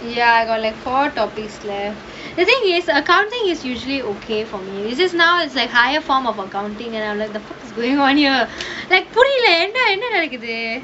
ya I have like four topics to the thing is accounting is usually okay for me is just now as a higher form of accounting and I am like what is going on here like புரியல என்னா என்ன நடக்குது:puriyala ennaa enna nadakkuthu